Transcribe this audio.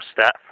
step